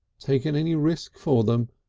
taken any risk for them,